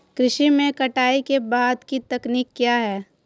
कृषि में कटाई के बाद की तकनीक क्या है?